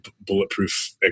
bulletproof